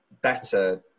better